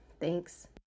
Thanks